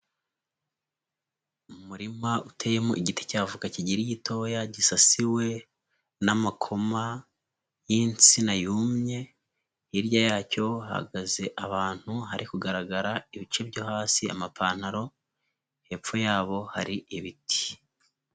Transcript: Umurima uteyemo igiti cy'avoka kikiri gitoya gisasiwe n'amakoma y'insina yumye, hirya yacyo hahagaze abantu hari kugaragara ibice byo hasi amapantaro, hepfo yabo hari ibiti.